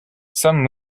some